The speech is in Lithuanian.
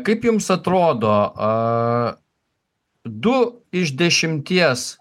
kaip jums atrodo a du iš dešimies